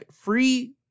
Free